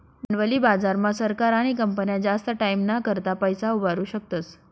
भांडवली बाजार मा सरकार आणि कंपन्या जास्त टाईमना करता पैसा उभारु शकतस